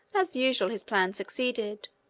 as usual, his plan succeeded.